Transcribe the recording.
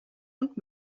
und